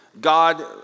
God